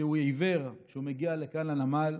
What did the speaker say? כשהוא עיוור, כשהוא מגיע לכאן לנמל,